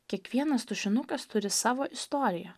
kiekvienas tušinukas turi savo istoriją